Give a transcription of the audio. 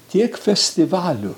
tiek festivalių